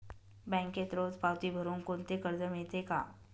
बँकेत रोज पावती भरुन कोणते कर्ज मिळते का?